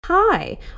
Hi